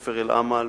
בית-הספר "אל-אמל"